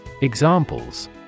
Examples